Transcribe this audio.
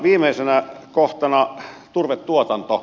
viimeisenä kohtana turvetuotanto